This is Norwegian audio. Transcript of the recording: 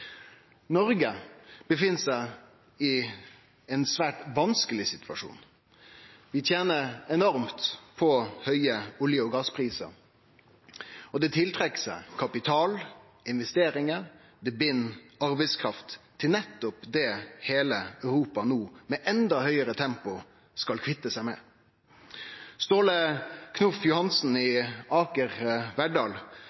Noreg er i ein svært vanskeleg situasjon. Vi tener enormt på høge olje- og gassprisar, og det tiltrekk seg kapital og investeringar og bind arbeidskraft til nettopp det heile Europa no med endå høgare tempo skal kvitte seg med. Ståle Knoff Johansen